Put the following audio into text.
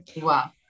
Wow